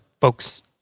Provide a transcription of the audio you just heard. folks